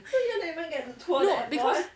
no because